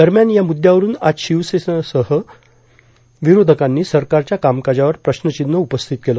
दरम्यान या मुद्यावरून आज शिवसेनेसह विरोधकांनी सरकारच्या कामकाजावर प्रश्नचिव्ह उपस्थित केलं